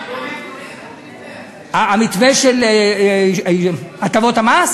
המתווה של הטבות המס